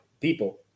people